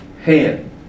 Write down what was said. hand